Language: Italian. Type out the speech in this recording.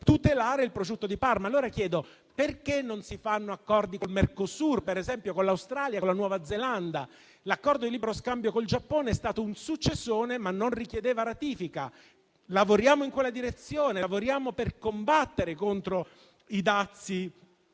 tutelare il Prosciutto di Parma. Allora mi chiedo perché non si facciano accordi con il Mercosur, per esempio, o con l'Australia e con la Nuova Zelanda. L'accordo di libero scambio con il Giappone è stato un successone, ma non richiedeva ratifica. Lavoriamo in quella direzione, per combattere contro i dazi